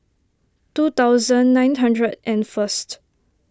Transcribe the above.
two thousand nine hundred and first